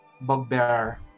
bugbear